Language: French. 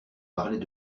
parlait